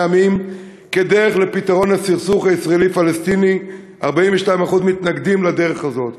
עמים כדרך לפתרון הסכסוך הישראלי פלסטיני ו-42% מתנגדים לדרך הזאת.